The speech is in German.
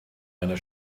einer